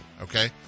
okay